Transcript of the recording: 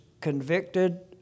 convicted